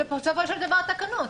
זה בסופו של דבר התקנות.